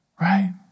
Right